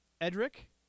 Edric